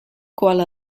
kuala